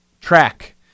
track